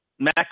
Mac